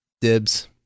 Dibs